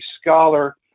scholar